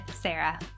Sarah